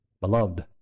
Beloved